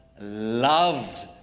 loved